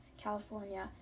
California